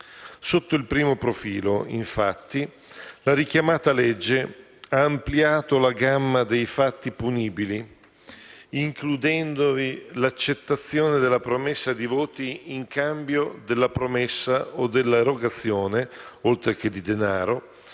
Sotto il primo profilo, infatti, la richiamata legge ha ampliato la gamma dei fatti punibili, includendovi l'accettazione della promessa di voti in cambio della promessa o della erogazione, oltre che di denaro,